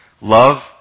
Love